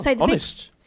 Honest